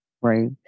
right